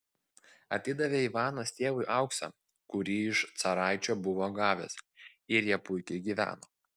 atidavė ivanas tėvui auksą kurį iš caraičio buvo gavęs ir jie puikiai gyveno